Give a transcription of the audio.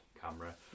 camera